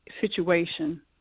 situation